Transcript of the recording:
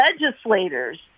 legislators